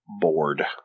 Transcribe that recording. Bored